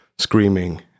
screaming